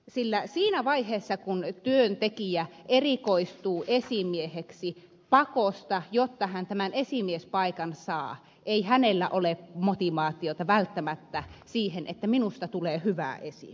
sillä siinä vaiheessa kun työntekijä erikoistuu esimieheksi pakosta jotta hän tämän esimiespaikan saa ei hänellä ole motivaatiota välttämättä siihen että hänestä tulee hyvä esimies